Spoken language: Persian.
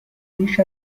بیش